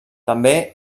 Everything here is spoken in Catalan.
també